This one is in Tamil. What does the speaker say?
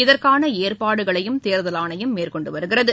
இதற்கான ஏற்பாடுகளையும் தேர்தல் ஆணையம் மேற்கொண்டு வருகிறது